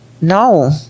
no